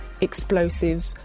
explosive